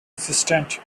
existent